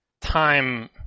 time